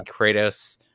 Kratos